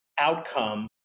outcome